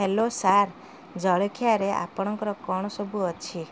hello sir ଜଳଖିଆରେ ଆପଣଙ୍କର କ'ଣ ସବୁ ଅଛି